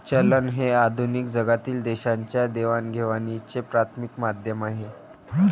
चलन हे आधुनिक जगातील देशांच्या देवाणघेवाणीचे प्राथमिक माध्यम आहे